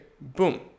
boom